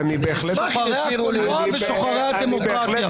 --- ושוחרי הדמוקרטיה.